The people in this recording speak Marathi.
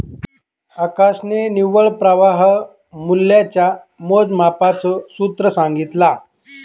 आकाशने निव्वळ प्रवाह मूल्याच्या मोजमापाच सूत्र सांगितला